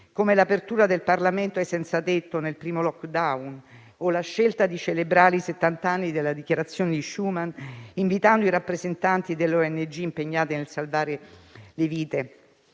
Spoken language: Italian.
come l'apertura del Parlamento ai senzatetto nel primo *lockdown* o la scelta di celebrare i settant'anni della Dichiarazione Schuman invitando i rappresentanti delle ONG impegnati nel salvare le vite